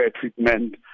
treatment